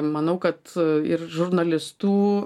manau kad ir žurnalistų